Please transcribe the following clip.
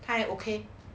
他也 okay